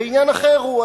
ועניין אחר הוא,